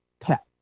pet